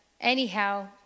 anyhow